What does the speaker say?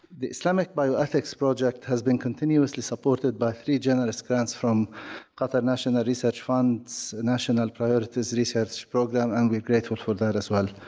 the islamic bioethics project has been continuously supported by three generous grants from qatar national research fund's national priorities research program and we're grateful for that as well.